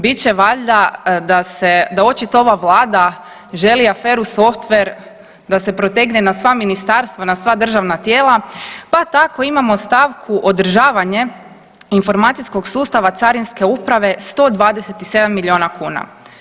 Bit će valjda da se, da očito ova Vlada želi aferu softver da se protegne na sva ministarstva, na sva državna tijela, pa tako imamo stavku održavanje informacijskog sustava Carinske uprave 127 milijuna kuna.